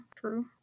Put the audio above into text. true